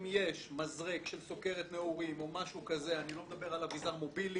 אם יש מזרק של סוכרת נעורים או משהו כזה אני לא מדבר על אביזר מובילי